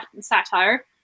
satire